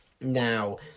Now